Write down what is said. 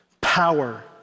Power